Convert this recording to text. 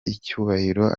icyubahiro